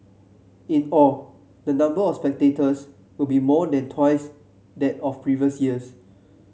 in all the number of spectators will be more than twice that of previous years